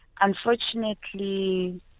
Unfortunately